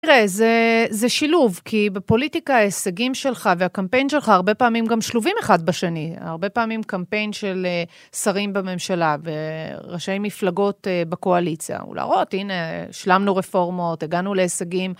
תראה, זה... זה שילוב, כי בפוליטיקה ההישגים שלך והקמפיין שלך הרבה פעמים גם שלובים אחד בשני. הרבה פעמים קמפיין של שרים בממשלה וראשי מפלגות בקואליציה. הוא להראות, הנה, השלמנו רפורמות, הגענו להישגים.